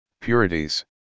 purities